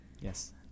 Yes